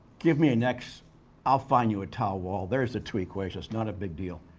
give me an x i'll find you a tau wall. there's the two equations, not a big deal.